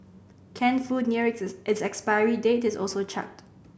canned food nearing its its expiry date is also chucked